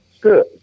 good